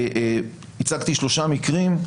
הצגתי שלושה מקרים,